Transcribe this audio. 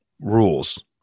rules